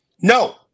no